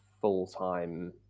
full-time